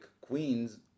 queens